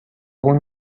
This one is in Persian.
اون